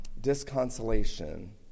disconsolation